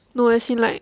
no as in like